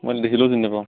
মই দেখিলেও চিনি নেপাওঁ